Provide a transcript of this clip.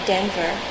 Denver